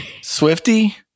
Swifty